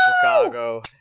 Chicago